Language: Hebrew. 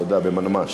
תודה, במנמ"ש.